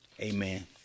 amen